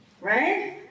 Right